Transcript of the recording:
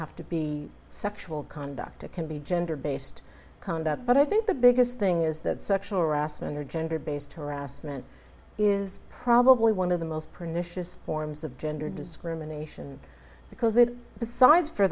have to be sexual conduct it can be gender based conduct but i think the biggest thing is that sexual harassment or gender based harassment is probably one of the most pernicious forms of gender discrimination because it decides for